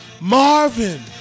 Marvin